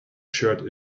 shirt